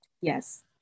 Yes